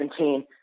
2017